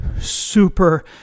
super